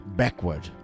backward